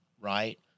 right